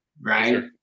Right